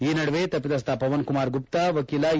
ಈ ನಡುವೆ ತಪ್ಪಿತಸ್ಥ ಪವನ್ಕುಮಾರ್ ಗುಪ್ತ ವಕೀಲ ಎ